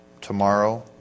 tomorrow